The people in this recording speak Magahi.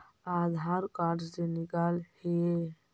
आधार कार्ड से निकाल हिऐ?